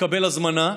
תתקבל הזמנה,